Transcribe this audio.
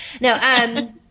No